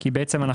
בעצם,